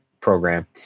program